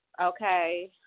Okay